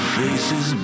faces